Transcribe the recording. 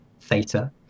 theta